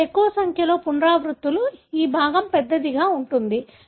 ఇక్కడ ఎక్కువ సంఖ్యలో పునరావృత్తులు ఈ భాగం పెద్దదిగా ఉంటుంది